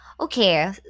Okay